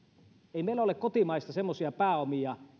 ei meillä ole kotimaassa semmoisia pääomia